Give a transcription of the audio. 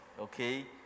okay